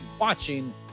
watching